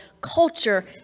culture